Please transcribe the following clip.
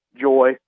joy